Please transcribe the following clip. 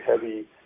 heavy